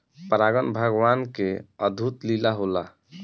परागन भगवान के अद्भुत लीला होला